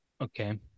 Okay